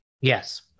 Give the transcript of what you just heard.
yes